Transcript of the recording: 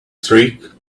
trick